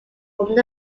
from